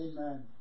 Amen